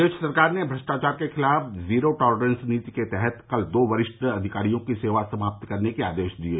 प्रदेश सरकार ने भ्रष्टाचार के खिलाफ जीरो टालरेंस नीति के तहत कल दो वरिष्ठ अधिकारियों की सेवा समाप्त करने के आदेश दिये